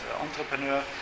entrepreneur